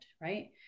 Right